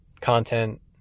content